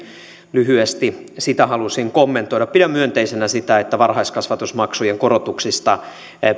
lyhyesti sitä halusin kommentoida pidän myönteisenä sitä että varhaiskasvatusmaksujen korotuksista